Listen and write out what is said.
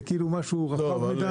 זה כאילו משהו רחב מדיי.